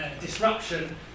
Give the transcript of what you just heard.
disruption